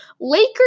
Lakers